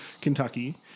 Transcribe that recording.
Kentucky